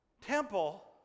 temple